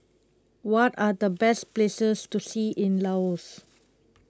what are the best places to see in Laos